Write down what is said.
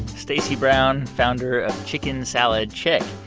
stacy brown, founder of chicken salad chick.